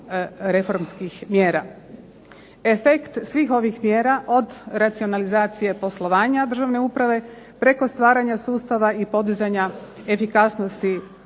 reformskih mjera. Efekt svih ovih mjera, od racionalizacije poslovanja državne uprave preko stvaranja sustava i podizanja efikasnosti